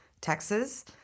Texas